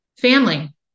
family